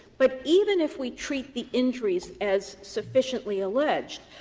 but even if we treat the injuries as sufficiently alleged,